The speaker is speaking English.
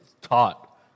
taught